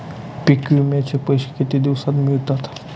पीक विम्याचे पैसे किती दिवसात मिळतात?